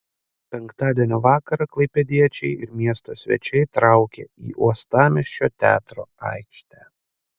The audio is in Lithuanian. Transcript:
penktadienio vakarą klaipėdiečiai ir miesto svečiai traukė į uostamiesčio teatro aikštę